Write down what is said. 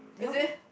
is it